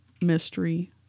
mystery